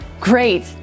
Great